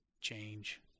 change